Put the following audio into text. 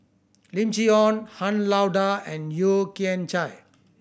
Lim Chee Onn Han Lao Da and Yeo Kian Chai